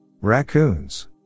Raccoons